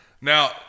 Now